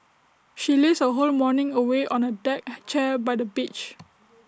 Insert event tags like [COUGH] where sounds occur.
she lazed her whole morning away on A deck [NOISE] chair by the beach